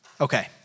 Okay